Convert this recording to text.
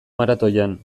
maratoian